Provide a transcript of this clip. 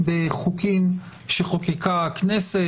בחוקים שחוקקה הכנסת,